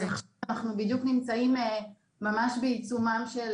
אז עכשיו אנחנו בדיוק נמצאים ממש בעיצומה של